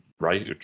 right